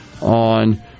on